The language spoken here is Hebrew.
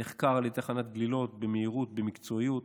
זה נחקר על ידי תחנת גלילות במהירות, במקצועיות.